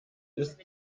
ist